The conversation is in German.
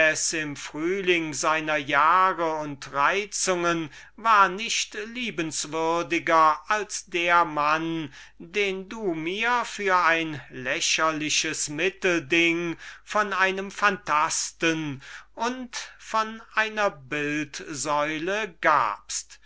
im frühling seiner jahre und reizungen war nicht liebenswürdiger als derjenige den du mir für ein komisches mittelding von einem phantasten und von einer bildsäule gegeben